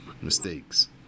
mistakes